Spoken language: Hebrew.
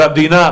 והמדינה,